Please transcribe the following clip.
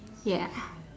ya